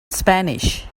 spanish